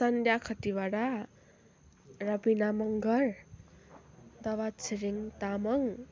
Sandhya Khatiwada Rabina Mangar Dawachhiring Tamang